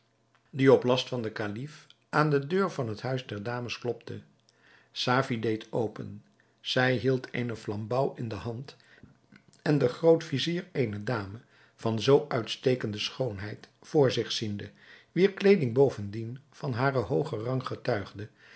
die op last van den kalif aan de deur van het huis der dames klopte safie deed open zij hield eene flambouw in de hand en de groot-vizier eene dame van zoo uitstekende schoonheid voor zich ziende wier kleeding bovendien van haren hoogen rang getuigde